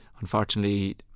unfortunately